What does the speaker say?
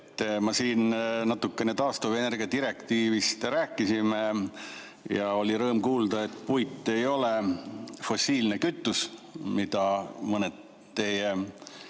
Me siin natukene taastuvenergia direktiivist rääkisime. Oli rõõm kuulda, et puit ei ole fossiilne kütus, nagu mõned teie